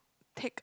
take